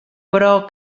però